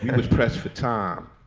was pressed for time,